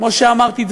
כמו שאמרתי,